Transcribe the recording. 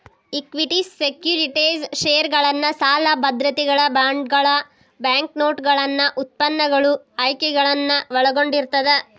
equity securities ಷೇರುಗಳನ್ನ ಸಾಲ ಭದ್ರತೆಗಳ ಬಾಂಡ್ಗಳ ಬ್ಯಾಂಕ್ನೋಟುಗಳನ್ನ ಉತ್ಪನ್ನಗಳು ಆಯ್ಕೆಗಳನ್ನ ಒಳಗೊಂಡಿರ್ತದ